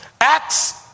Acts